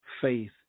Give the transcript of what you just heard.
faith